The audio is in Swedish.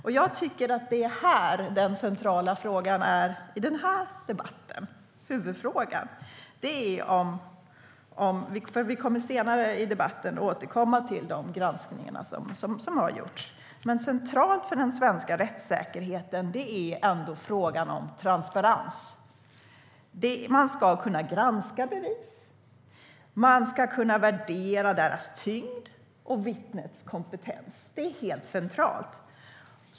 Det är här som den centrala frågan i den här debatten ligger. Senare i debatten kommer vi att återkomma till de granskningar som har gjorts. Men centralt för den svenska rättssäkerheten är ändå frågan om transparens. Man ska kunna granska bevis. Man ska kunna värdera deras tyngd och vittnets kompetens. Det är helt centralt.